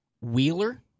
Wheeler